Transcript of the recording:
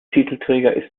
titelträger